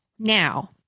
Now